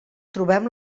trobem